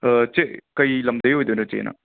ꯆꯦ ꯀꯩ ꯂꯝꯗꯒꯤ ꯑꯣꯏꯗꯣꯏꯅꯣ ꯆꯦꯅ